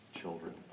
children